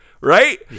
Right